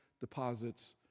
deposits